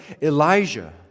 Elijah